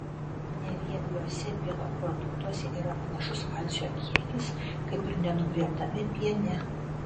neriebiuose pieno produktuose yra panašus kalcio kiekis kaip ir nenugriebtame piene